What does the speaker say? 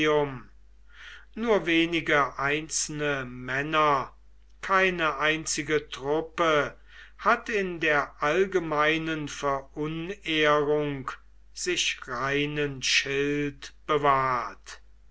nur wenige einzelne männer keine einzige truppe hat in der allgemeinen verunehrung sich reinen schild bewahrt